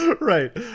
right